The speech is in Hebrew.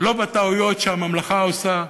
לא בטעויות שהממלכה עושה.